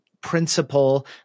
principle